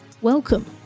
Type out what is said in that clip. Welcome